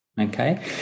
okay